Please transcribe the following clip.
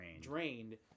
drained